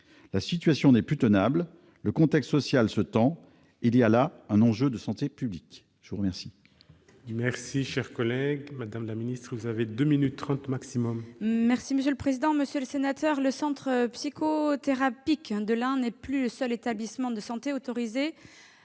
La situation n'est plus tenable ; le contexte social se tend ; il y a là un enjeu de santé publique. La parole